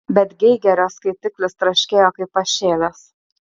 bet geigerio skaitiklis traškėjo kaip pašėlęs